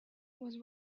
was